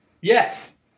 Yes